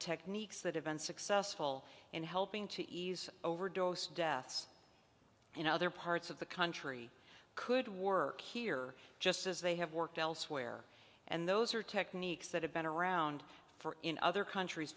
techniques that have been successful in helping to ease overdose deaths in other parts of the country could work here just as they have worked elsewhere and those are techniques that have been around for in other countries